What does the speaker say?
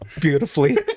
beautifully